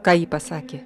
ką ji pasakė